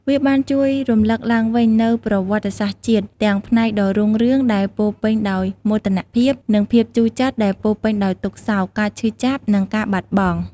វាបានជួយរំឭកឡើងវិញនូវប្រវត្តិសាស្ត្រជាតិ ទាំងផ្នែកដ៏រុងរឿងដែលពោរពេញដោយមោទនភាព និងភាពជូរចត់ដែលពោរពេញដោយទុក្ខសោក ការឈឺចាប់ និងការបាត់បង់។